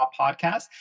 podcast